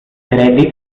credits